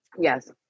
Yes